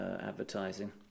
advertising